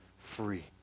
free